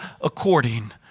according